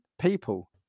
people